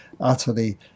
utterly